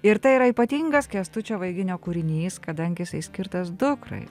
ir tai yra ypatingas kęstučio vaiginio kūrinys kadangi jisai skirtas dukrai